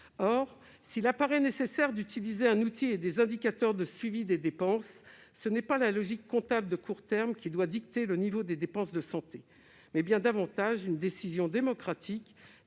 Or, s'il apparaît nécessaire d'utiliser un outil et des indicateurs de suivi des dépenses, ce n'est pas la logique comptable de court terme qui doit dicter le niveau des dépenses de santé. C'est, bien davantage, une décision démocratique